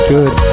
Good